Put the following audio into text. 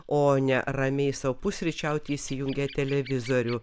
o ne ramiai sau pusryčiauti įsijungę televizorių